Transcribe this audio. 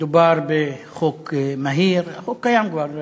מדובר בחוק מהיר, החוק קיים כבר שנתיים,